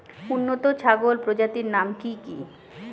উন্নত ছাগল প্রজাতির নাম কি কি?